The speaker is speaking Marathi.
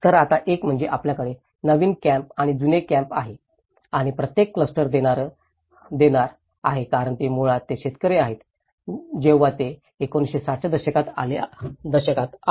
तर आता एक म्हणजे आपल्याकडे नवीन कॅम्प आणि जुने कॅम्प आहेत आणि प्रत्येक क्लस्टर देणारं आहे कारण ते मुळात ते शेतकरी होते जेव्हा ते 1960 च्या दशकात आले